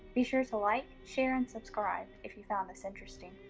be sure to like, share and subscribe if you found this interesting.